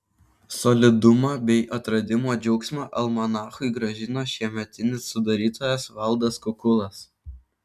solidumą bei atradimo džiaugsmą almanachui grąžino šiemetinis sudarytojas valdas kukulas